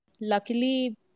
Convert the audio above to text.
Luckily